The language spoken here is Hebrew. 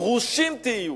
פרושים תהיו.